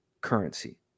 currency